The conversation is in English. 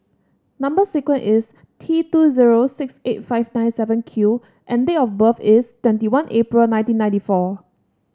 number sequence is T two zero six eight five nine seven Q and date of birth is twenty one April nineteen ninety four